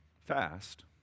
fast